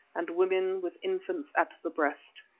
and women with infants at the breast.